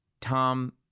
Tom